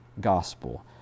gospel